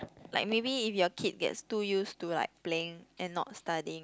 like maybe if your kid gets too used to like playing and not studying